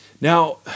Now